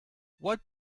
what